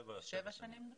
שבע שנים.